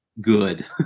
good